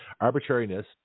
Arbitrariness